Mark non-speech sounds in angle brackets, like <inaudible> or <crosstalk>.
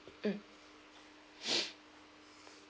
mm <noise>